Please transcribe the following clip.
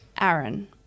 Aaron